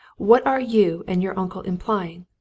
what are you and your uncle implying,